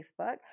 Facebook